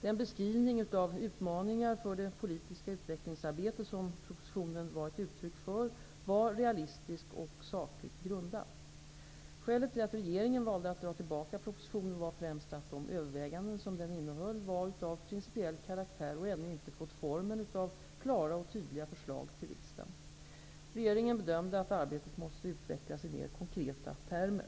Den beskrivning av utmaningar för det politiska utvecklingsarbetet som propositionen var ett uttryck för var realistisk och sakligt grundad. Skälet till att regeringen valde att dra tillbaka propositionen var främst att de överväganden som den innehöll var av principiell karaktär och ännu inte fått formen av klara och tydliga förslag till riksdagen. Regeringen bedömde att arbetet måste utvecklas i mer konkreta termer.